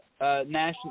National